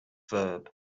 verb